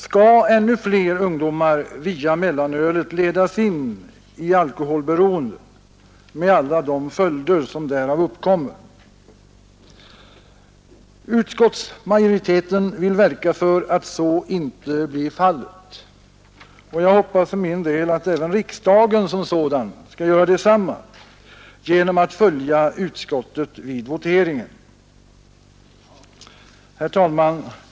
Skall ännu fler ungdomar via mellanölet ledas in i alkoholberoende med alla de följder som därav uppkommer? Utskottsmajoriteten vill verka för att så inte blir fallet, och jag hoppas för min del att riksdagen skall göra detsamma genom att följa utskottets förslag vid voteringen. Herr talman!